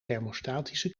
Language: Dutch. thermostatische